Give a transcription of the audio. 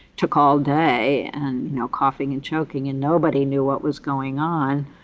took all day and now coughing and choking and nobody knew what was going on.